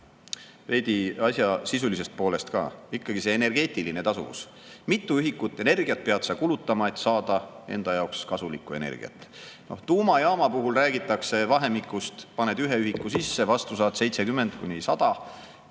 asja sisulisest poolest ka. Ikkagi see energeetiline tasuvus. Mitu ühikut energiat pead sa kulutama, et saada enda jaoks kasulikku energiat? Tuumajaama puhul räägitakse vahemikust, kus paned 1 ühiku sisse, vastu saad 70–100.